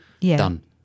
done